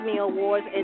awards